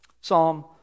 Psalm